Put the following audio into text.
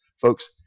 Folks